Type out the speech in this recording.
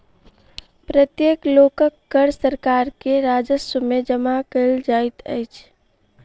प्रत्येक लोकक कर सरकार के राजस्व में जमा कयल जाइत अछि